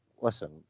listen